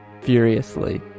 furiously